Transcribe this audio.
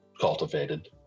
cultivated